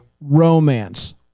romance